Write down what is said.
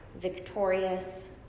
victorious